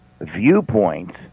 viewpoints